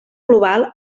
global